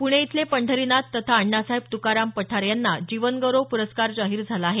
पुणे इथले पंढरीनाथ तथा अण्णासाहेब तुकाराम पठारे यांना जीवन गौरव प्रस्कार जाहीर झाला आहे